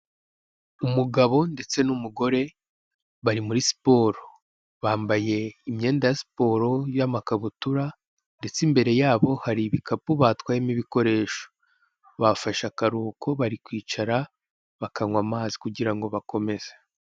Umugabo ndetse n'umugore bari muri siporo bambaye imyenda ya siporo y'amakabutura ndetse imbere yabo hari ibikapu batwayemo ibikoresho, bafashe akaruhuko bari kwicara bakanywa amazi kugira bakomeze.